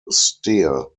stir